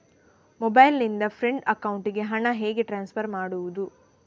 Mobile ನಿಂದ friend ಅಕೌಂಟಿಗೆ ಹಣ ಹೇಗೆ ಟ್ರಾನ್ಸ್ಫರ್ ಮಾಡುವುದು?